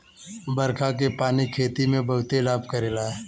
बरखा के पानी खेती में बहुते लाभ करेला